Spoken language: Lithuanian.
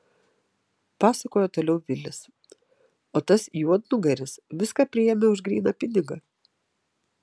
pasakojo toliau vilis o tas juodnugaris viską priėmė už gryną pinigą